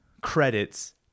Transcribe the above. credits